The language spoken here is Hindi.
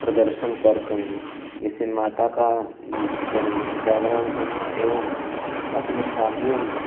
प्रदर्शन करते हैं इसमें माता का जाग जागरण करना एवं अपनी शादियों में